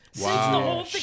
Wow